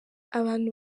abantu